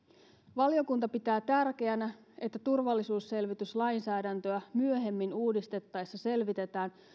valiokunta pitää tärkeänä että turvallisuusselvityslainsäädäntöä myöhemmin uudistettaessa selvitetään